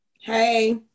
Hey